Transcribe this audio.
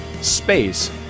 space